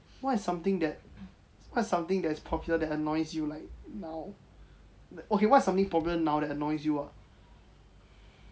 what is something that what is something that's probably annoys you like now okay what is something problem now that annoys you ah